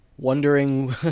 Wondering